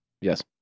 Yes